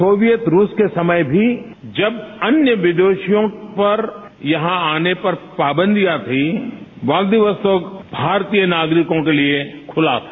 Soviet रूस के समय भी जब अन्य विदेशियों पर यहां आने पर पाबंदियां थीं व्लादिवोस्तोक भारतीय नागरिकों के लिए खुला था